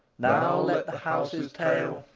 now, let the house's tale,